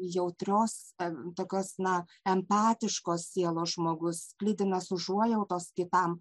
jautrios tokios na empatiškos sielos žmogus sklidinas užuojautos kitam